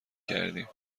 کردیم